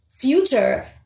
future